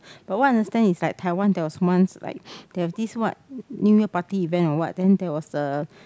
but what I understand is like Taiwan there was once like they have this what this New Year party event or what then there was a